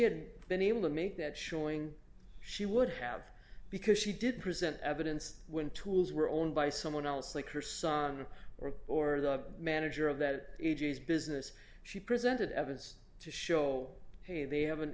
hadn't been able to make that showing she would have because she did present evidence when tools were owned by someone else like her son or or the manager of that business she presented evidence to show hey they